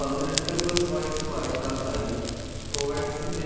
പതിനെട്ട് പ്ലസ് വയസ്സ് പ്രായക്കാർക്കായി കോവാക്സിൻ്റെ